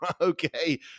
okay